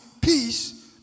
peace